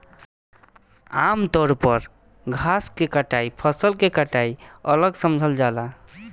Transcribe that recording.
आमतौर पर घास के कटाई फसल के कटाई अलग समझल जाला